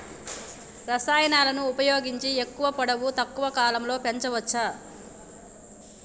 రసాయనాలను ఉపయోగించి ఎక్కువ పొడవు తక్కువ కాలంలో పెంచవచ్చా?